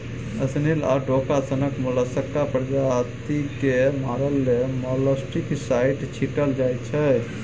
snail आ डोका सनक मोलस्का प्रजाति केँ मारय लेल मोलस्कीसाइड छीटल जाइ छै